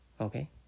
Okay